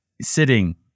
sitting